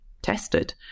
Tested